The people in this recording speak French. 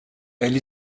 elle